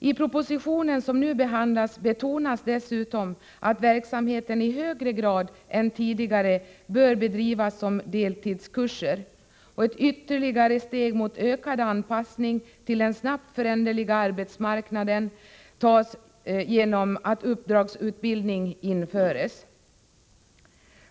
I propositionen, som nu behandlas, betonas dessutom att verksamheten i högre grad än tidigare bör bedrivas som deltidskurser. Ett ytterligare steg mot ökad anpassning till den snabbt föränderliga arbetsmarknaden tas också genom att uppdragsutbildning införs.